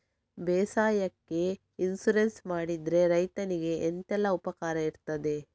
ಬೇಸಾಯಕ್ಕೆ ಇನ್ಸೂರೆನ್ಸ್ ಮಾಡಿದ್ರೆ ರೈತನಿಗೆ ಎಂತೆಲ್ಲ ಉಪಕಾರ ಇರ್ತದೆ?